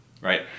right